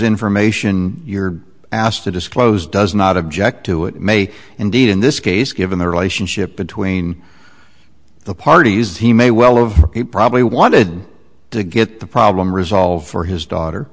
information you're asked to disclose does not object to it may indeed in this case given the relationship between the parties he may well have he probably wanted to get the problem resolved for his daughter